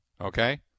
Okay